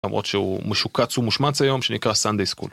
למרות שהוא משוקץ ומושמץ היום שנקרא סאנדיי סקול